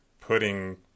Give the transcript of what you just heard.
putting